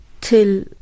Till